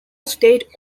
state